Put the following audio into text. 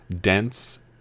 dense